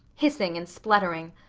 hissing and spluttering.